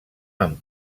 amb